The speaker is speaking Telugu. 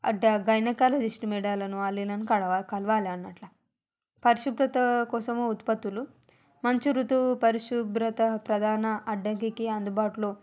డ గైనకాలజిస్టు మేడాలను వాళ్ళను కలవా కలవాలి అన్నట్ల పరిశుభ్రత కోసము ఉత్పత్తులు మంచి ఋతు పరిశుభ్రత ప్రధాన అడ్డంకికి అందుబాటులో